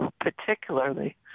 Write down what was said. particularly